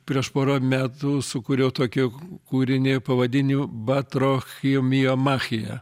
prieš porą metų sukūriau tokį kūrinį pavadinimu batrochiomiomachija